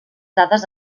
dades